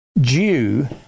Jew